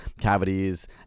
cavities